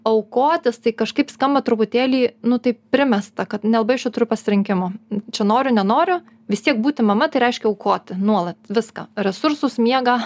aukotis tai kažkaip skamba truputėlį nu tai primesta kad nelabai aš čia turiu pasirinkimo čia noriu nenoriu vis tiek būti mama tai reiškia aukoti nuolat viską resursus miegą